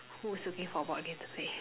who is looking for board games to play